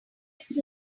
its